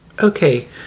Okay